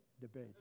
debate